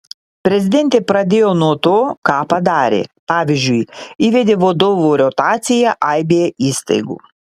prezidentė pradėjo nuo to ką padarė pavyzdžiui įvedė vadovų rotaciją aibėje įstaigų